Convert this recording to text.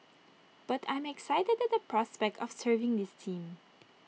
but I'm excited at the prospect of serving this team